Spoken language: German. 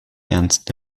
ernst